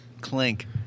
Clink